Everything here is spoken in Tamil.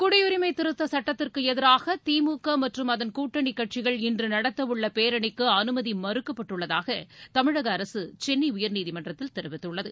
குடியுரிமை திருத்தச் சட்டத்திற்கு எதிராக திமுக மற்றும் அதன் கூட்டணி கட்சிகள் இன்று நடத்தவுள்ள பேரணிக்கு அனுமதி மறுக்கப்பட்டுள்ளதாக தமிழக அரசு சென்னை உயர்நீதிமன்றத்தில் தெரிவித்துள்ளது